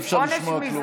אי-אפשר לשמוע כלום.